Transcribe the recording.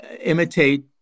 imitate